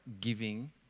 giving